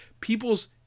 People's